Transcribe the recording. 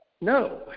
No